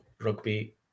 rugby